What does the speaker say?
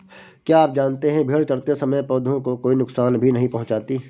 क्या आप जानते है भेड़ चरते समय पौधों को कोई नुकसान भी नहीं पहुँचाती